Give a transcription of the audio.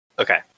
Okay